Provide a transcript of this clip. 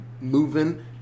moving